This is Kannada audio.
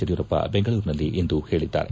ಯಡಿಯೂರಪ್ಪ ಬೆಂಗಳೂರಿನಲ್ಲಿಂದು ಹೇಳಿದ್ದಾರೆ